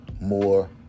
more